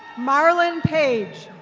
marlin page.